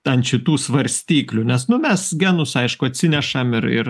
ant šitų svarstyklių nes nu mes genus aišku atsinešam ir ir